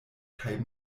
kaj